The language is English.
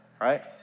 right